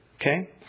okay